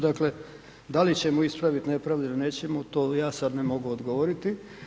Dakle, da li ćemo ispraviti nepravdu ili nećemo, to ja sada ne mogu odgovoriti.